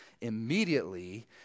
Immediately